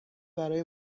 برای